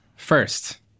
First